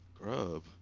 Grub